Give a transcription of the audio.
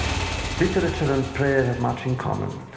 literature and prayer have much in common.